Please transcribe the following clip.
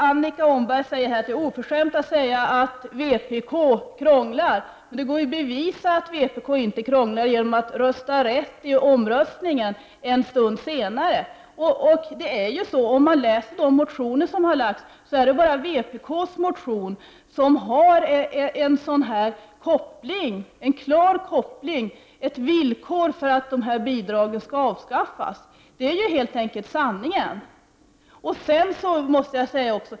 Annika Åhnberg säger här att det är oförskämt att säga att vpk krånglar. Men det går ju att bevisa att vpk inte krånglar genom att rösta rätt i den omröstning som följer om en stund. Om man läser de motioner som har väckts ser man att det bara är vpk:s motion som har en klar koppling, ett villkor, för att dessa bidrag skall avskaffas. Det är helt enkelt sanningen.